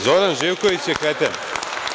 Zoran Živković je kreten.